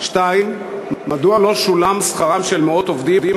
2. מדוע לא שולם שכרם של מאות עובדים